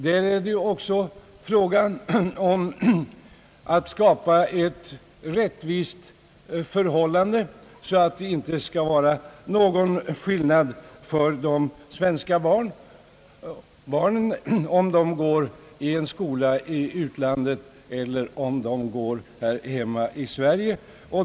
Där är det även fråga om att skapa ett rättvist förhållande så att det inte skall vara någon skillnad på de svenska barnen om de går i en skola i utlandet eller här hemma i Sverige.